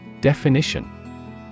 Definition